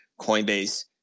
Coinbase